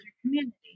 community